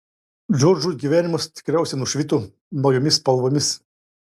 džordžui gyvenimas tikriausiai nušvito naujomis spalvomis